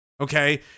okay